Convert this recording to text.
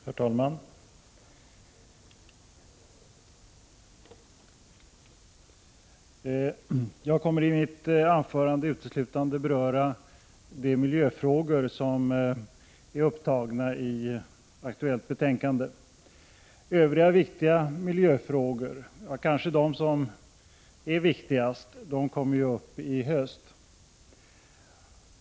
Herr talman! Jag kommer i mitt anförande uteslutande att beröra de miljöfrågor som är upptagna i aktuellt betänkande. Övriga viktiga miljöfrågor, kanske de viktigaste, kommer upp i höst.